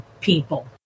people